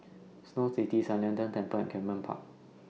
Snow City San Lian Deng Temple and Camden Park